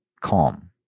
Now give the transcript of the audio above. calm